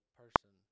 person